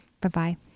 Bye-bye